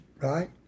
right